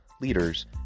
leaders